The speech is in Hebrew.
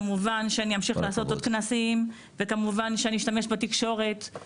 כמובן שאני אמשיך לעשות עוד כנסים ואשתמש בתקשורת.